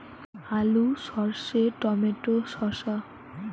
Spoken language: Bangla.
আলু সর্ষে টমেটো শসা